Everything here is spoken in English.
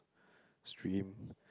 stream